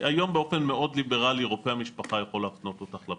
היום באופן מאוד ליברלי רופא המשפחה יכול להפנות אותך לבדיקה.